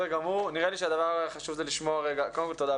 תודה.